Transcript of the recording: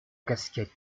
casquette